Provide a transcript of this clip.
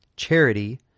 charity